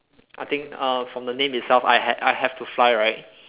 I think uh from the name itself I have I have to fly right